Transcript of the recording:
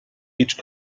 each